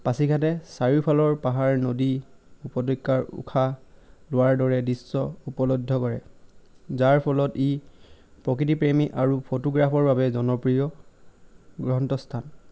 পাছিঘাটে চাৰিওফালৰ পাহাৰ নদী উপত্যকাৰ উশাহ লোৱাৰ দৰে দৃশ্য উপলব্ধ কৰে যাৰ ফলত ই প্ৰকৃতিপ্ৰেমী আৰু ফটোগ্ৰাফাৰৰ বাবে জনপ্ৰিয় স্থান